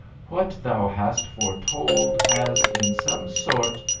what thou hast foretold, has, in some sort,